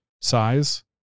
Size